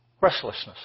Restlessness